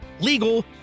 legal